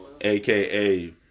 AKA